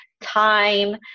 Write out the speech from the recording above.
time